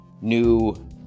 new